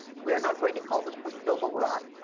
we're not going to call this book noble rot,